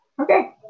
okay